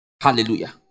Hallelujah